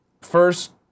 First